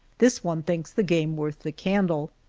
this one thinks the game worth the candle.